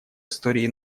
истории